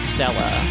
Stella